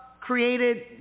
created